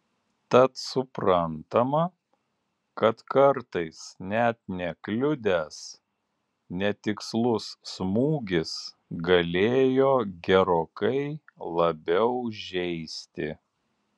tad suprantama kad kartais net nekliudęs netikslus smūgis galėjo gerokai labiau žeisti